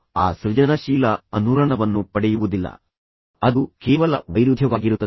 ನೀವು ಆ ಸೃಜನಶೀಲ ಅನುರಣನವನ್ನು ಪಡೆಯುವುದಿಲ್ಲ ಅದು ಕೇವಲ ವೈರುಧ್ಯವಾಗಿರುತ್ತದೆ